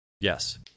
Yes